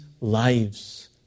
lives